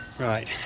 Right